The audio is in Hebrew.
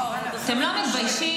אתם לא מתביישים?